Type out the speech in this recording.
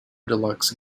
deluxe